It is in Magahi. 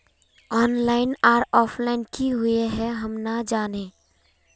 ऑनलाइन आर ऑफलाइन की हुई है हम ना जाने?